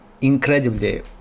incredibly